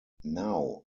now